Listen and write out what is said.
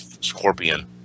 scorpion